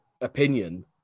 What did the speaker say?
opinion